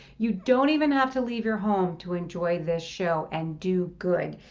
you don't even have to leave your home to enjoy this show and do good.